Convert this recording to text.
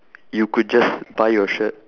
you could just buy your shirt